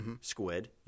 Squid